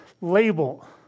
label